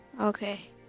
okay